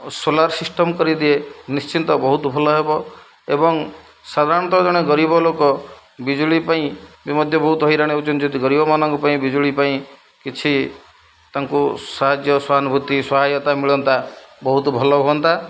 solar system କରିଦିଏ ନିଶ୍ଚିନ୍ତ ବହୁତ ଭଲ ହେବ ଏବଂ ସାଧାରଣତଃ ଜଣେ ଗରିବ ଲୋକ ବିଜୁଳି ପାଇଁ ବି ମଧ୍ୟ ବହୁତ ହଇରାଣ ହେଉଛନ୍ତି ଯଦି ଗରିବମାନଙ୍କ ପାଇଁ ବିଜୁଳି ପାଇଁ କିଛି ତାଙ୍କୁ ସାହାଯ୍ୟ ସହାନୁଭୂତି ସହାୟତା ମିଳନ୍ତା ବହୁତ ଭଲ ହୁଅନ୍ତା